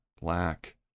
Black